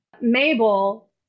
mabel